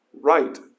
Right